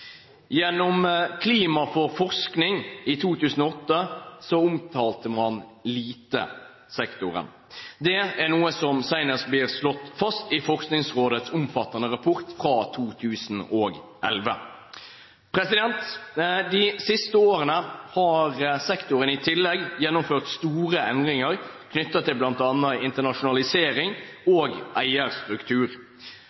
Gjennom stortingsmeldingen Klima for forskning, i 2008, omtalte man sektoren lite. Det er noe som senest blir slått fast i Forskningsrådets omfattende rapport fra 2011. De siste årene har sektoren i tillegg gjennomført store endringer knyttet til bl.a. internasjonalisering